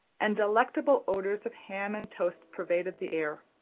and delectable odors of ham and toast pervaded the air.